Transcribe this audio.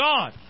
God